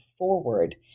forward